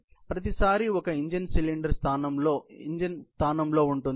కాబట్టి ప్రతిసారీ ఒక ఇంజిన్ సిలిండర్ స్థానంలో ఉంటుంది